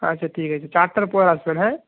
আচ্ছা ঠিক আছে চারটার পর আসবেন হ্যাঁ